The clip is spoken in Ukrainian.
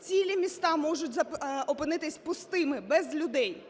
Цілі міста можуть опинитись пустими, без людей.